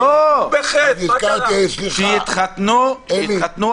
אבל בעניין חתונות,